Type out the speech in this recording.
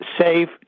safe